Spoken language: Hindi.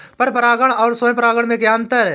पर परागण और स्वयं परागण में क्या अंतर है?